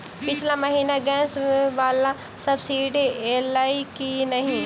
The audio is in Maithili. पिछला महीना गैस वला सब्सिडी ऐलई की नहि?